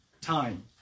time